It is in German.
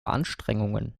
anstrengungen